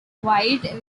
white